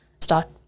start